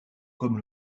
comme